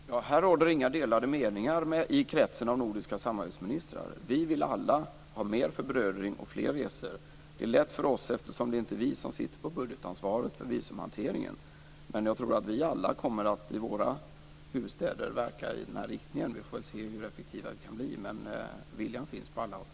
Fru talman! Här råder inga delade meningar i kretsen av nordiska samarbetsministrar. Vi vill alla ha mer förbrödring och fler resor. Det är lätt för oss eftersom det inte är vi som sitter med budgetansvaret för visumhanteringen. Men jag tror att vi alla, i våra huvudstäder, kommer att verka i den här riktningen. Vi får väl se hur effektiva vi kan bli. Viljan finns på alla håll.